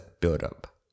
Build-Up